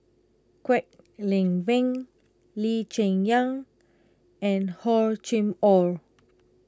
Kwek Leng Beng Lee Cheng Yan and Hor Chim or